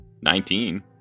Nineteen